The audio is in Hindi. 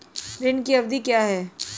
ऋण की अवधि क्या है?